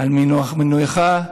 על מינוייך.